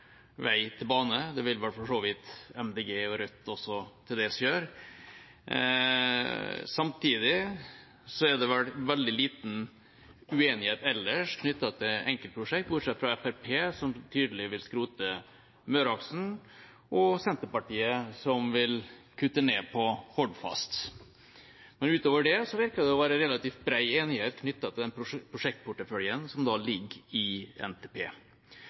vei til bane. Det vil for så vidt Miljøpartiet De Grønne og Rødt også til dels gjøre. Samtidig er det veldig liten uenighet ellers knyttet til enkeltprosjekt, bortsett fra Fremskrittspartiet, som tydelig vil skrote Møreaksen, og Senterpartiet, som vil kutte ned på Hordfast. Utover det virker det å være relativt brei enighet knyttet til den prosjektporteføljen som ligger i NTP.